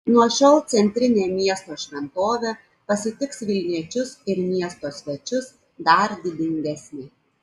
nuo šiol centrinė miesto šventovė pasitiks vilniečius ir miesto svečius dar didingesnė